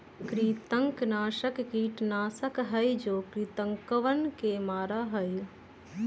कृंतकनाशक कीटनाशक हई जो कृन्तकवन के मारा हई